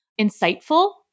insightful